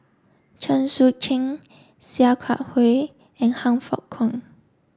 Chen Sucheng Sia Kah Hui and Han Fook Kwang